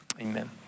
Amen